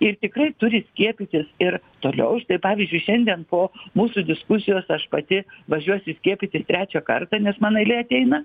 ir tikrai turi skiepytis ir toliau štai pavyzdžiui šiandien po mūsų diskusijos aš pati važiuosiu skiepytis trečią kartą nes mano eilė ateina